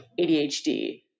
adhd